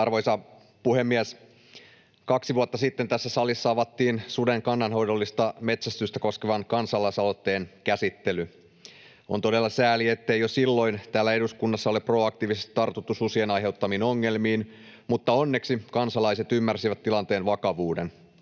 Arvoisa puhemies! Kaksi vuotta sitten tässä salissa avattiin suden kannanhoidollista metsästystä koskevan kansalaisaloitteen käsittely. On todella sääli, ettei jo silloin täällä eduskunnassa ole proaktiivisesti tartuttu susien aiheuttamiin ongelmiin, mutta onneksi kansalaiset ymmärsivät tilanteen vakavuuden.